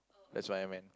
that's what I meant